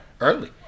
Early